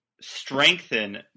strengthen